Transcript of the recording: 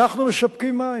אנחנו משווקים מים.